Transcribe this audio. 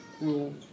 rule